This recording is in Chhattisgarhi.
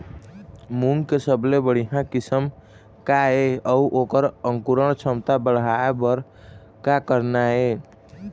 मूंग के सबले बढ़िया किस्म का ये अऊ ओकर अंकुरण क्षमता बढ़ाये बर का करना ये?